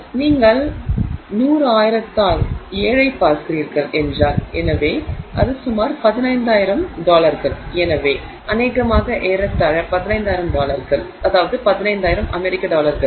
எனவே நீங்கள் 100000 ஆல் 7 ஐப் பார்க்கிறீர்கள் என்றால் எனவே இது சுமார் 15000 டாலர்கள் எனவே அநேகமாக ஏறத்தாழ 15000 டாலர்கள் 15000 அமெரிக்க டாலர்கள்